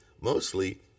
mostly